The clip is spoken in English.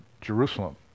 Jerusalem